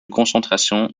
concentration